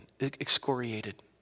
excoriated